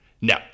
No